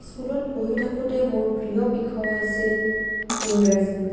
স্কুলত পঢ়ি থাকোতে মোৰ প্ৰিয় বিষয় আছিল ইংৰাজী